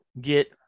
get